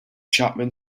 chapman